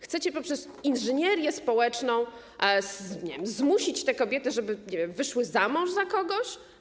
Chcecie poprzez inżynierię społeczną, nie wiem, zmusić te kobiety, żeby wyszły za mąż za kogoś?